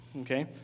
okay